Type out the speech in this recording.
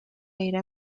era